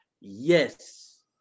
yes